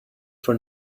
for